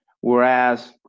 Whereas